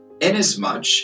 inasmuch